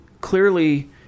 clearly